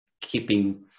keeping